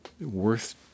worth